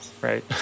right